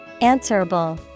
Answerable